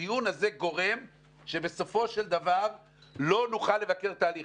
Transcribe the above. והדיון הזה גורם שבסופו של דבר לא נוכל לבקר תהליך.